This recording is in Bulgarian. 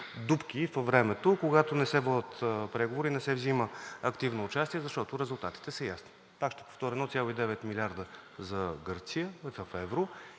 дупки във времето, когато не се водят преговори, не се взима активно участие, защото резултатите са ясни. Аз ще повторя – 1,9 млрд. в евро